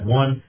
one